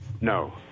No